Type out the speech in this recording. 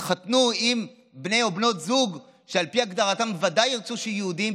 יתחתנו עם בני או בנות זוג שעל פי הגדרתם בוודאי ירצו שיהיו יהודים,